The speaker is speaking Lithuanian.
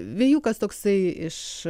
vėjukas toksai iš